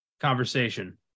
conversation